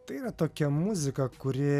tai yra tokia muzika kuri